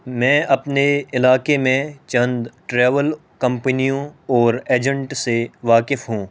میں اپنے علاقے میں چند ٹریول کمپنیوں اور ایجنٹ سے واقف ہوں